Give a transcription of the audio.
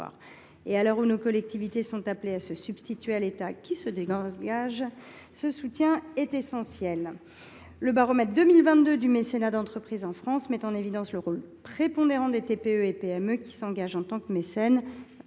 À l’heure où nos collectivités sont appelées à se substituer à l’État, qui se désengage, ce soutien est essentiel. Le baromètre 2022 du mécénat d’entreprise en France met en évidence le rôle prépondérant en la matière des très petites entreprises